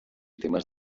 temes